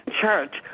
church